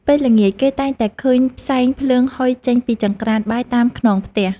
ពេលល្ងាច គេតែងតែឃើញផ្សែងភ្លើងហុយចេញពីចង្រ្កានបាយតាមខ្នងផ្ទះ។